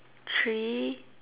three